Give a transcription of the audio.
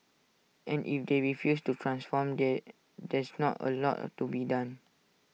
and if they refuse to transform the there's not A lot to be done